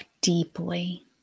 deeply